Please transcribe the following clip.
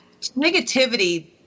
Negativity